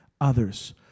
others